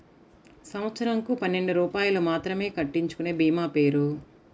సంవత్సరంకు పన్నెండు రూపాయలు మాత్రమే కట్టించుకొనే భీమా పేరు?